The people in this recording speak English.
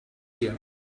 here